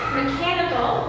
mechanical